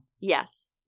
Yes